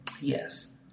yes